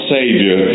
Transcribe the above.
Savior